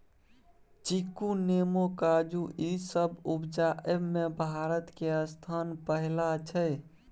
चीकू, नेमो, काजू ई सब उपजाबइ में भारत के स्थान पहिला छइ